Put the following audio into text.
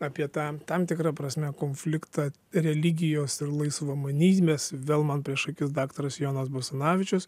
apie tą tam tikra prasme konfliktą religijos ir laisvamanybės vėl man prieš akis daktaras jonas basanavičius